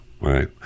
right